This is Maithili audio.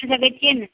देखै छियै ने